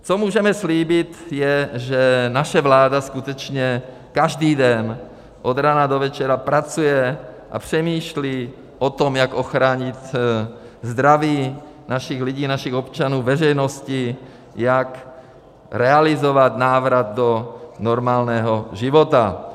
Co můžeme slíbit, je, že naše vláda skutečně každý den od rána do večera pracuje a přemýšlí o tom, jak ochránit zdraví našich lidí, našich občanů, veřejnosti, jak realizovat návrat do normálního života.